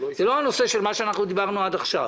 זה לא הנושא של מה שדיברנו עליו עד עכשיו.